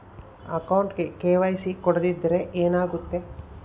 ಅಕೌಂಟಗೆ ಕೆ.ವೈ.ಸಿ ಕೊಡದಿದ್ದರೆ ಏನಾಗುತ್ತೆ?